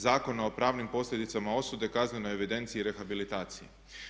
Zakona o pravnim posljedicama osude kaznenoj evidenciji i rehabilitaciji.